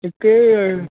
ఇంకా